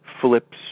flips